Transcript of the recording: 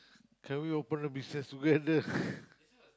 can we open a business together